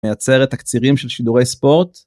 מייצרת תקצירים של שידורי ספורט.